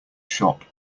shop